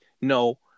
No